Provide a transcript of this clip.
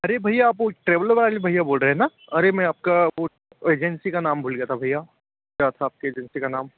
अरे भइया आप वो ट्रैवलर वाले भइया बोल रहे है ना अरे मैं आपका वो एजेंसी का नाम भूल गया था भइया क्या था आपके एजेंसी का नाम